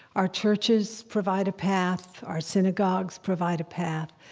our churches provide a path, our synagogues provide a path,